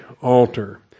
altar